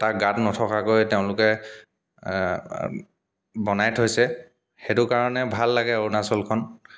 তাত গাঁত নথকাকৈ তেওঁলোকে বনাই থৈছে সেইটো কাৰণে ভাল লাগে অৰুণাচলখন